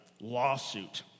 lawsuit